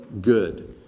Good